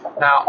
Now